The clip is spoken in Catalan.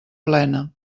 plena